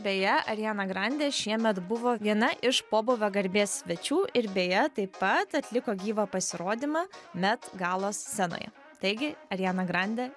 beje ariana grande šiemet buvo viena iš pobūvio garbės svečių ir beje taip pat atliko gyvą pasirodymą met galos scenoje taigi ariana grande